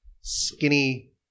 skinny